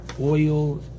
oil